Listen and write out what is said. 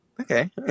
Okay